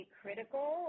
critical